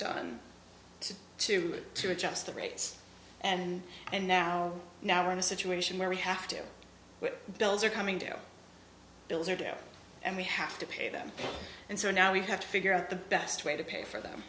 done to to to adjust the rates and and now now we're in a situation where we have to bills are coming due bills are due and we have to pay them and so now we have to figure out the best way to pay for them